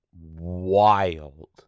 Wild